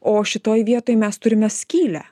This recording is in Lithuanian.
o šitoj vietoj mes turime skylę